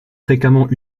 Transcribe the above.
fréquemment